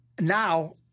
now